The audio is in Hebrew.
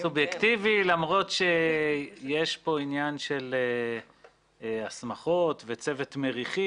זה סובייקטיבי למרות שיש כאן עניין של הסמכות וצוות מריחים.